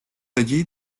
allí